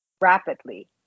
rapidly